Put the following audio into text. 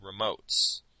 remotes